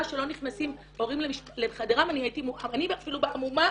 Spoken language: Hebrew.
שלא נכנסים הורים לחדרם אני אפילו המומה,